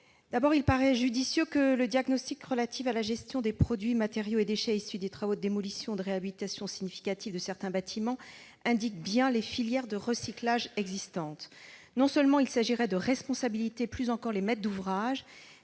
». Il paraît judicieux que le diagnostic relatif à la gestion des produits, matériaux et déchets issus des travaux de démolition ou de réhabilitation significative de certains bâtiments indique bien les filières de recyclage existantes. Il s'agirait non seulement de responsabiliser plus encore les maîtres d'ouvrage,